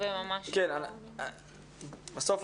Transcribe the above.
חושב